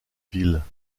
ville